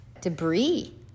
debris